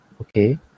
okay